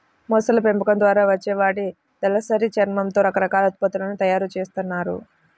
మొసళ్ళ పెంపకం ద్వారా వచ్చే వాటి దళసరి చర్మంతో రకరకాల ఉత్పత్తులను తయ్యారు జేత్తన్నారు